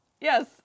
yes